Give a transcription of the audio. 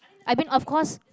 i mean of course